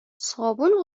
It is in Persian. صابون